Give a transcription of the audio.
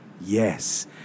yes